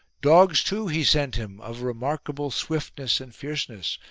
dogs too he sent him of remarkable swiftness and fierceness,